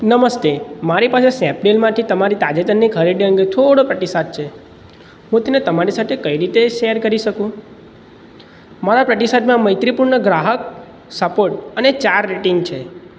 નમસ્તે મારી પાસે સ્નેપડીલમાંથી મારી તાજેતરની ખરીદી અંગે થોડો પ્રતિસાદ છે હું તેને તમારી સાથે કઈ રીતે શેર કરી શકું મારા પ્રતિસાદમાં મૈત્રીપૂર્ણ ગ્રાહક સપોર્ટ અને ચાર રેટિંગ છે